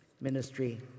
Ministry